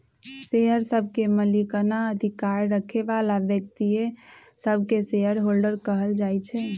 share सभके मलिकना अधिकार रखे बला व्यक्तिय सभके शेयर होल्डर कहल जाइ छइ